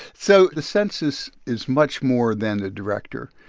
so the census is much more than the director.